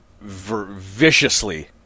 viciously